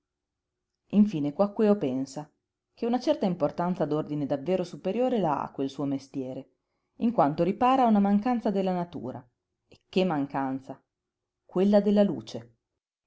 infine quaquèo pensa che una certa importanza d'ordine davvero superiore la ha quel suo mestiere in quanto ripara a una mancanza della natura e che mancanza quella della luce